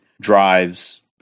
drives